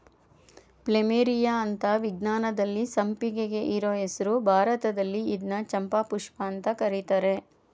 plumeria ಅಂತ ವಿಜ್ಞಾನದಲ್ಲಿ ಸಂಪಿಗೆಗೆ ಇರೋ ಹೆಸ್ರು ಭಾರತದಲ್ಲಿ ಇದ್ನ ಚಂಪಾಪುಷ್ಪ ಅಂತ ಕರೀತರೆ